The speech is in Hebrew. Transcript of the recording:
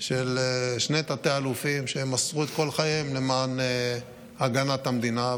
של שני תתי-אלופים שמסרו את כל חייהם למען הגנת המדינה,